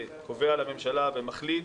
שקובע לממשלה ומחליט.